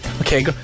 Okay